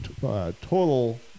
total